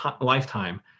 lifetime